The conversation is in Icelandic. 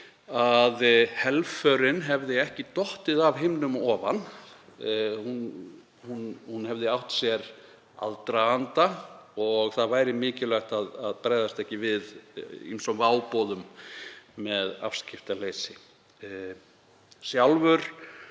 að helförin hefði ekki dottið af himnum ofan. Hún hefði átt sér aðdraganda og það væri mikilvægt að bregðast ekki við ýmsum váboðum með afskiptaleysi. Sjálfur